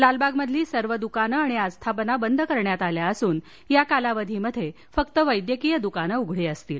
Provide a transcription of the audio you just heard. लालबागमधली सर्व दुकानं आणि आस्थापना बंद करण्यात आली असून या कालावधीत वैद्यकीय दुकानं उघडी असतील